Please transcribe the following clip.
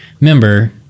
member